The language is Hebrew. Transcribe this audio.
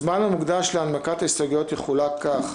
הזמן המוקדש להנמקת הסתייגויות יחולק כך: